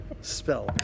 spell